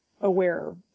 aware